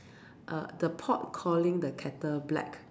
uh the pot calling the kettle black